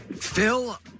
Phil